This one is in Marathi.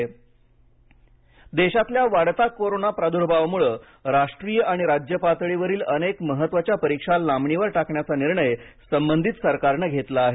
नीट लांबणीवर देशातल्या वाढत्या कोरोना प्रादुर्भावामुळे राष्ट्रीय आणि राज्य पातळीवरील अनेक महत्त्वाच्या परीक्षा लांबणीवर टाकण्याचा निर्णय संबंधित सरकारनं घेतला आहे